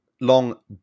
Long